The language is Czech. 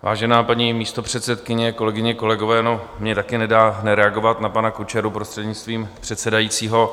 Vážená paní místopředsedkyně, kolegyně, kolegové, mně taky nedá nereagovat na pana Kučeru, prostřednictvím předsedajícího.